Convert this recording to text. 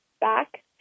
back